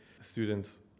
students